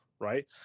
right